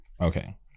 Okay